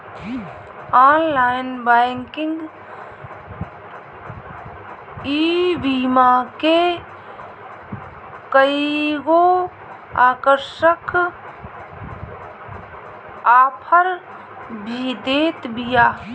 online banking ईबीमा के कईगो आकर्षक आफर भी देत बिया